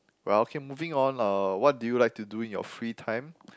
well okay moving on uh what do you like to do in your free time